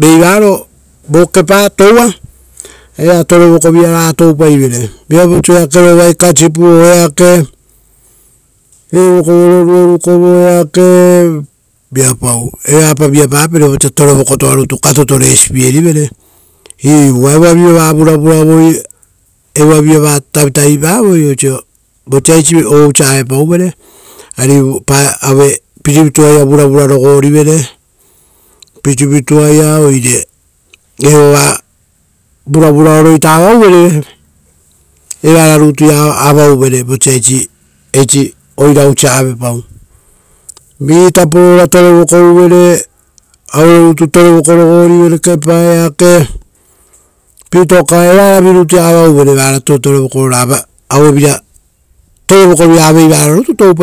Toua vo kepa oa torevokovira toupaivere viapau eakerovai karekepapere oisio, kasipau, viapau, ora-ora roruorupakovo. Vi oirato ora torevokouvere rutu, ora kepara rutu reko rogorivere ora kavikaviara oisio osa aue pitoka ora aiopara. Ra riakokova karepierivere evara rutuiare vata topoara ra toua